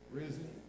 risen